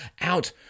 out